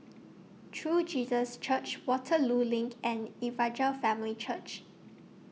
True Jesus Church Waterloo LINK and Evangel Family Church